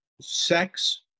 sex